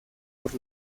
por